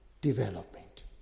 development